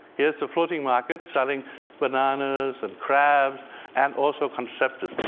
here's thefloating market selling bananas and crabs and also contraceptives.